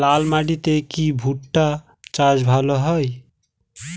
লাল মাটিতে কি ভুট্টা চাষ ভালো হয়?